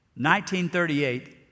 1938